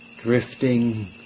drifting